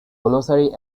glossary